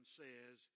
says